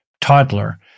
toddler